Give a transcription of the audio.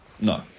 No